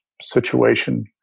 situation